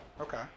Okay